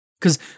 cause